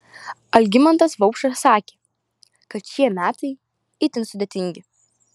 algimantas vaupšas sakė kad šie metai itin sudėtingi